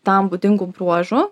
tam būdingų bruožų